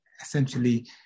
essentially